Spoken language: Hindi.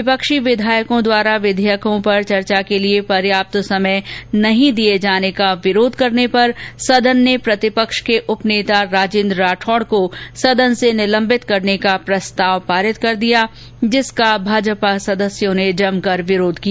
विपक्षी विधायकों द्वारा विधेयकों पर चर्चा के लिए पर्याप्त समय नहीं दिये जाने का विरोध करने पर सदन ने प्रतिपेक्ष के उपनेता राजेन्द्र राठौड़ को सदन से निलंबित करने का प्रस्ताव पारित कर दिया जिसका भाजपा सदस्यों ने जमकर विरोध किया